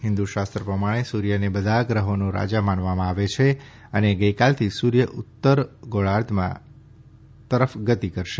હિન્દુ શાસ્ત્ર પ્રમાણે સૂર્યને બધા ગ્રહોનો રાજા માનવામાં આવે છે અને ગઈકાલથી સૂર્ય ઉત્તર ગોળાર્ધમાં તરફ ગતિ કરશે